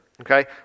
Okay